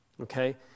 Okay